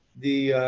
the